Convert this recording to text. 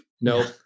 no